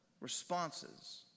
responses